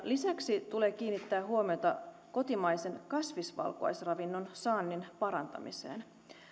lisäksi tulee kiinnittää huomiota kotimaisen kasvivalkuaisravinnon saannin parantamiseen